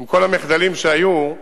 עם כל המחדלים שהיו,